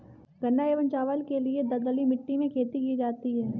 गन्ना एवं चावल के लिए दलदली मिट्टी में खेती की जाती है